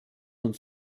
und